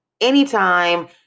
anytime